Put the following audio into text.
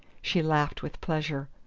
she laughed with pleasure.